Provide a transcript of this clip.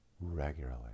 regularly